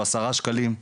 או עשרה שקלים,